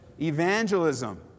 Evangelism